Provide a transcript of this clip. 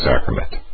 sacrament